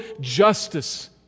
justice